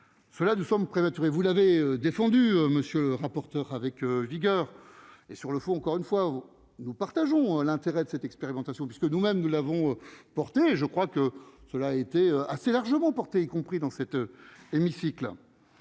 cela nous sommes prématuré, vous l'avez défendu monsieur le rapporteur avec vigueur et sur le fond, encore une fois, nous partageons l'intérêt de cette expérimentation, puisque nous-mêmes nous l'avons portée je crois que cela a été assez largement emporté, y compris dans cet hémicycle,